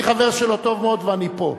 אני חבר שלו טוב מאוד, ואני פה.